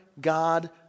God